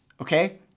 Okay